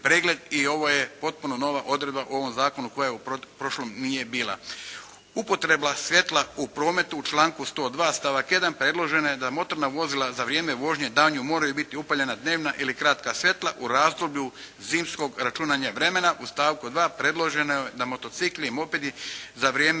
pregled. I ovo je potpuno nova odredba u ovom zakonu koja u prošlom nije bila. Upotreba svjetla u prometu u članku 102. stavak 1. predloženo je da motorna vozila za vrijeme vožnje danju moraju biti upaljena dnevna ili kratka svjetla u razdoblju zimskog računanja vremena. U stavku 2. predloženo je da motocikli i mopedi za vrijeme